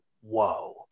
whoa